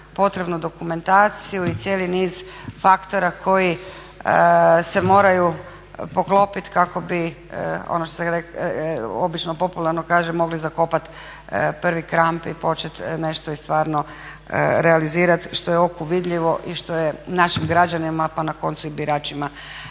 potrebnu dokumentaciju i cijeli niz faktora koji se moraju poklopiti kako bi ono što obično popularno kažem "Mogli zakopat prvi kramp" i počet nešto i stvarno realizirat što je oku vidljivo i što je našim građanima pa na koncu i biračima